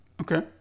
Okay